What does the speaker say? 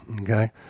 okay